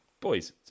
boys